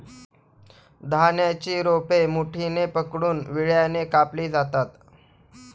धान्याची रोपे मुठीने पकडून विळ्याने कापली जातात